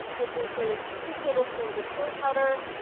which includes two tablespoons of chili powder,